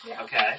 Okay